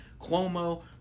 Cuomo